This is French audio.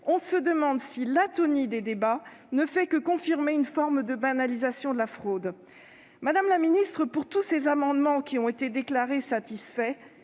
on se demande si l'atonie des débats ne confirme pas une forme de banalisation de la fraude. Madame la ministre, devant tous ces amendements qui ont été déclarés « satisfaits